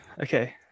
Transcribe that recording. Okay